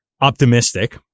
optimistic